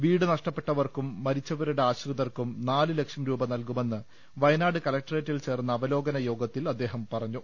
വീട് നഷ്ടപ്പെട്ടവർക്കും മരിച്ചവരുടെ ആശ്രി തർക്കും നാലുലക്ഷം രൂപ നൽകുമെന്ന് വയനാട് കലക്ടറേറ്റിൽ ചേർന്ന അവലോകന യോഗത്തിൽ അദ്ദേഹം പറഞ്ഞു